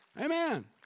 Amen